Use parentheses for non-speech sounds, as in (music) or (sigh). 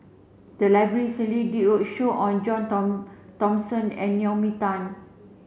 the library recently did a roadshow on John (unintelligible) Thomson and Naomi Tan